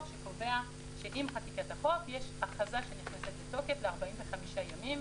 שקובע שעם חקיקת החוק יש הכרזה שנכנסת לתוקף ל-45 ימים,